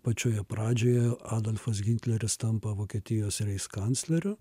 pačioje pradžioje adolfas hitleris tampa vokietijos reiskancleriu